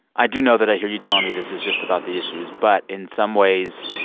i do know that i hear you telling me this is just about the issues, but in some ways,